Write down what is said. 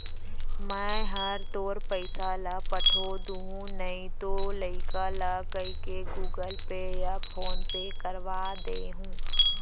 मैं हर तोर पइसा ल पठो दुहूँ नइतो लइका ल कइके गूगल पे या फोन पे करवा दे हूँ